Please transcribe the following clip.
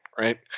right